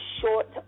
short